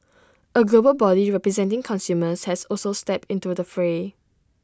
A global body representing consumers has also stepped into the fray